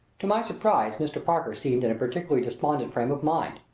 to my surprise mr. parker seemed in a particularly despondent frame of mind.